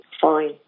fine